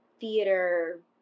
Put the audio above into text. theater